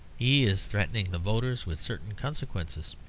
he is threatening the voters with certain consequences.